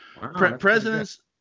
presidents